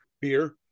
beer